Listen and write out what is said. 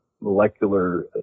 molecular